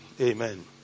amen